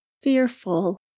fearful